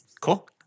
Cool